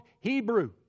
Hebrew